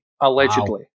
Allegedly